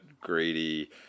greedy